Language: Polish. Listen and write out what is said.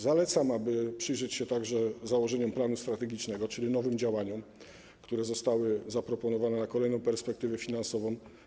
Zalecam, aby przyjrzeć się także założeniom planu strategicznego, czyli nowym działaniom, które zostały zaproponowane na kolejną perspektywę finansową.